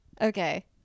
Okay